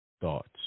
thoughts